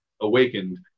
Awakened